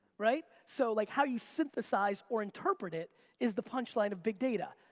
right? so, like, how you synthesize or interpret it is the punchline of big data.